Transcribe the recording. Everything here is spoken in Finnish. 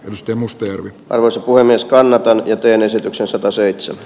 tuskin muste arvoisa puhemies kannattanut ja teen esityksen sataseitsemän